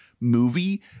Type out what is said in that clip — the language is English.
movie